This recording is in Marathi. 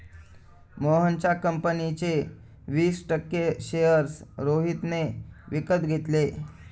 मोहनच्या कंपनीचे वीस टक्के शेअर्स रोहितने विकत घेतले